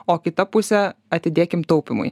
o kitą pusę atidėkim taupymui